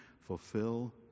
fulfill